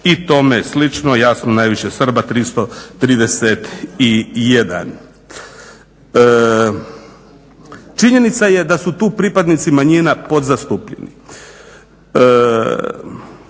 i tome slično, jasno najviše Srba, 331. Činjenica je da su tu pripadnici manjina podzastupljeni.